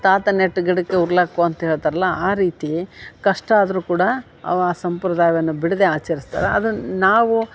ತಾತ ನೆಟ್ ಗಿಡಕ್ಕ ಉರ್ಳಾಕ್ಕು ಅಂತ್ ಹೇಳ್ತಾರಲ್ಲ ಆ ರೀತಿ ಕಷ್ಟಾದರು ಕೂಡ ಅವ ಆ ಸಂಪ್ರದಾಯವನ್ನು ಬಿಡದೇ ಆಚರ್ಸ್ತಾರ ಅದನ್ನ ನಾವು